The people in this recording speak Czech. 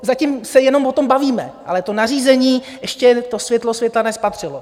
Zatím se jenom o tom bavíme, ale to nařízení ještě to světlo světla nespatřilo!